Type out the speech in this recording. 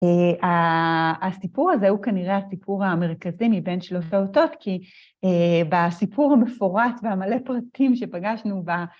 אה ה... הסיפור הזה הוא כנראה הסיפור המרכזי מבין שלושת האותות, כי בסיפור המפורט והמלא פרטים שפגשנו בה,